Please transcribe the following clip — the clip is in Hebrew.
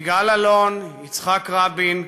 יגאל אלון, יצחק רבין,